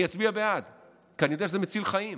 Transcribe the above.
אני אצביע בעד, כי אני יודע שזה מציל חיים.